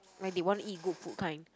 when they want to eat good food kind